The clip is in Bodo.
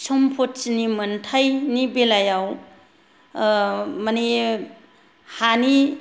सम्फथिनि मोनथाइनि बेलायाव माने हानि